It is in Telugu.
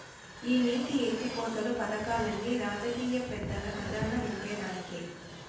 ఈ నీటి ఎత్తిపోతలు పదకాల్లన్ని రాజకీయ పెద్దల కజానా నింపేదానికే